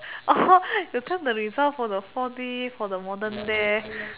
orh you camp the result for the four D for the modern day